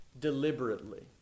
Deliberately